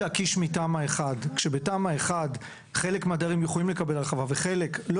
מתמ"א 1 שם חלק מהדיירים יכולים לקבל הרחבה וחלק לא